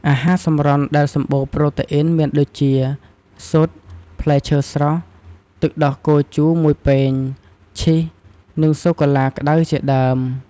អាហារសម្រន់ដែលសម្បូរប្រូតេអ៊ីនមានដូចជា ស៊ុត ផ្លែឈើស្រស់ ទឹកដោះគោជូរមួយពែង ឈីស និងសូកូឡាក្តៅជាដើម។